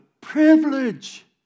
privilege